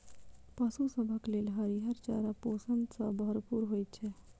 पशु सभक लेल हरियर चारा पोषण सॅ भरपूर होइत छै